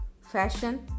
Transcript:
fashion